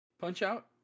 Punch-Out